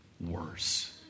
worse